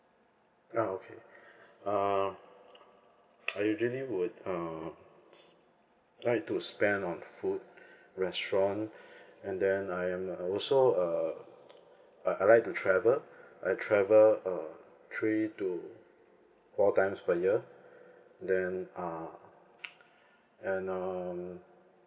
ah okay uh I usually would uh like to spend on food restaurant and then I am not also uh I I like to travel I travel err three to four times per year then uh and um